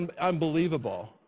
unbelievable